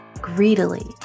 Greedily